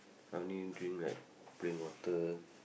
I only drink like plain water